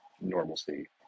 normalcy